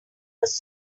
was